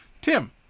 Tim